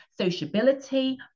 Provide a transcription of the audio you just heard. sociability